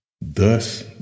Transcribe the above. Thus